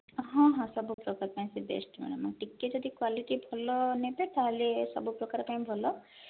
ହଁ ହଁ ସବୁ ପ୍ରକାର ପାଇଁ ସେ ବେଷ୍ଟ ମ୍ୟାଡ଼ାମ ଟିକେ ଯଦି କ୍ୱାଲିଟି ଭଲ ନେବେ ତାହେଲେ ସବୁ ପ୍ରକାର ପାଇଁ ଭଲ